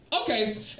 Okay